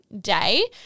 day